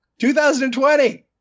2020